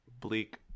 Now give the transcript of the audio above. bleak